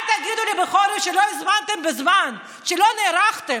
אל תגידו לי בחורף שלא הזמנתם בזמן, שלא נערכתם.